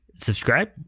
subscribe